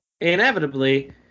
inevitably